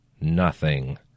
Nothing